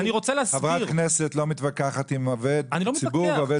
חברת כנסת לא מתווכחת עם עובד ציבור ועובד